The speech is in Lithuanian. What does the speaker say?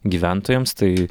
gyventojams tai